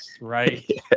right